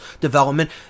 development